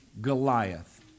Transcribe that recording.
Goliath